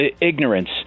ignorance